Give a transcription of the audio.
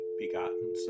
begotten